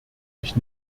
ich